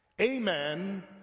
amen